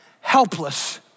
helpless